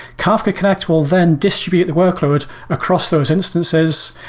kafka connect will then distribute the workloads across those instances.